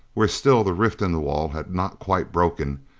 where still the rift in the wall had not quite broken,